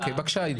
--- בבקשה, ידידה.